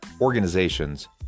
organizations